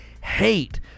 hate